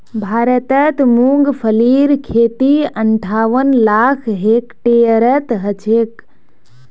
भारतत मूंगफलीर खेती अंठावन लाख हेक्टेयरत ह छेक